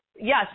yes